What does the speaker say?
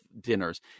dinners